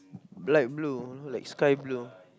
black blue like sky blue